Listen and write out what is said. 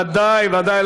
ודאי, ודאי.